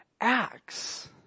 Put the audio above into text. acts